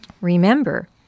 Remember